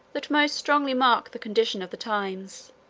that most strongly mark the condition of the times,